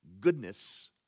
goodness